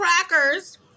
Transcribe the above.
crackers